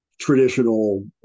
traditional